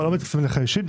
לא מתייחסים אליך אישית.